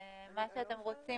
מה שאתם רוצים